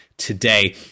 today